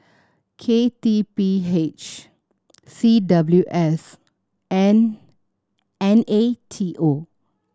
K T P H C W S and N A T O